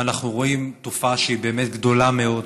ואנחנו רואים תופעה שהיא באמת גדולה מאוד,